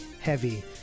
heavy